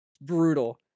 Brutal